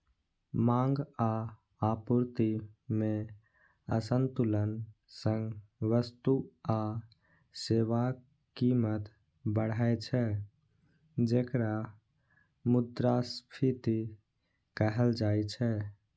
मांग आ आपूर्ति मे असंतुलन सं वस्तु आ सेवाक कीमत बढ़ै छै, जेकरा मुद्रास्फीति कहल जाइ छै